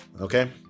okay